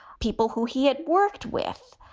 people who he had worked with.